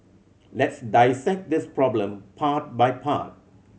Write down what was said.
let's dissect this problem part by part